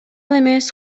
эмес